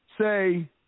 Say